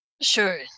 Sure